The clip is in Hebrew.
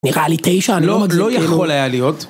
נראה לי תשע, אני לא מגזים. לא יכול היה להיות.